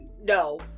no